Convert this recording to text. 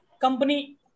company